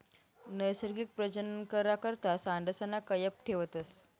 नैसर्गिक प्रजनन करा करता सांडसना कयप ठेवतस